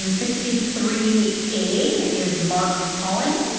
um sixty three a is mark holland.